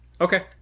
Okay